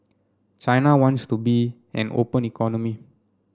china wants to be an open economy